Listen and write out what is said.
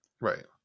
right